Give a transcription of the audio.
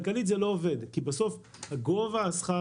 כלכלית זה לא עובד כי בסוף גובה הסיוע